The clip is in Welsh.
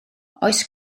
oes